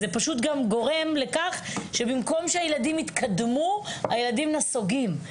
זה פשוט גם גורם לכך שבמקום שהילדים יתקדמו הילדים נסוגים.